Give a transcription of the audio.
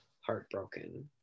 heartbroken